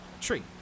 Tree